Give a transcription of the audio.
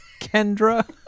kendra